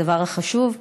והדבר החשוב,